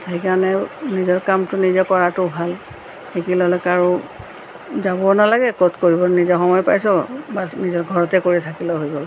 সেইকাৰণে নিজৰ কামটো নিজে কৰাতো ভাল শিকি ল'লেতো আৰু যাব নালাগে ক'ত কৰিব নিজৰ সময় পাইছোঁ বাছ নিজৰ ঘৰতে কৰি থাকিলেও হৈ গ'ল